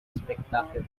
spectacular